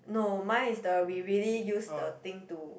no my is the we really use the thing to